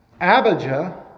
Abijah